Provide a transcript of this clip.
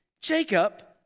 Jacob